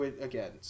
again